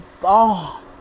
bomb